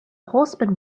horseman